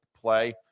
play